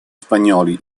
spagnoli